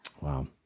Wow